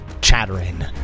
chattering